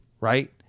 right